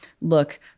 look